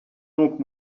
donc